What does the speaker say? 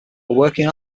working